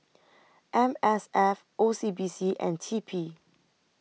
M S F O C B C and T P